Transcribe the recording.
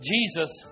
Jesus